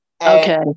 Okay